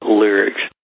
lyrics